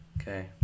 Okay